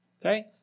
Okay